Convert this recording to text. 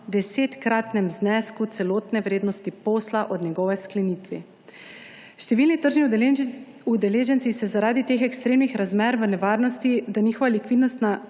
desetkratnem znesku celotne vrednosti posla od njegove sklenitve. Številni tržni udeleženci so zaradi teh ekstremnih razmer v nevarnosti, da njihova likvidnostna